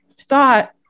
thought